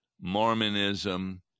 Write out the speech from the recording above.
Mormonism